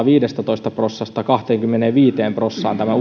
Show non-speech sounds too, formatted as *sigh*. *unintelligible* viidestätoista prossasta kahteenkymmeneenviiteen prossaan tämä *unintelligible*